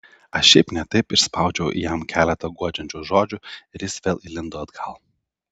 aš šiaip ne taip išspaudžiau jam keletą guodžiančių žodžių ir jis vėl įlindo atgal